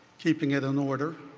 keeping it in order.